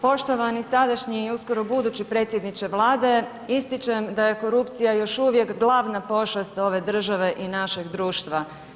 Poštovani sadašnji i uskoro budući predsjedniče Vlade ističem da je korupcija još uvijek glavna pošast ove države i našeg društva.